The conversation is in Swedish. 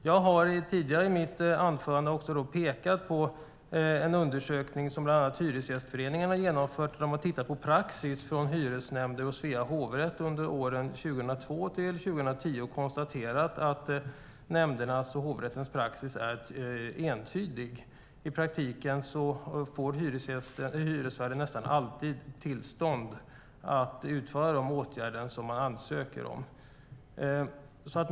Jag har i mitt anförande tidigare pekat på en undersökning som bland annat Hyresgästföreningen har genomfört där man har tittat på praxis från hyresnämnder och Svea hovrätt under åren 2002-2010. De konstaterar att nämndernas och hovrättens praxis är entydig: I praktiken får hyresvärden nästan alltid tillstånd att utföra de åtgärder som ansökan gäller.